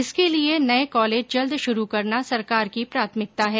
इसके लिए नए कॉलेज जल्द शुरू करना सरकार की प्राथमिकता है